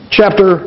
chapter